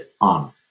on